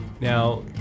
Now